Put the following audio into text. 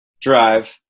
drive